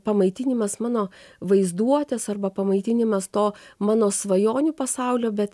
pamaitinimas mano vaizduotės arba pamaitinimas to mano svajonių pasaulio bet